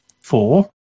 four